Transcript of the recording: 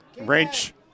Wrench